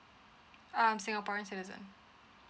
I am singaporean citizen